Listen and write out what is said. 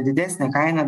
didesnę kainą